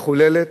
מחוללת,